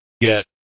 get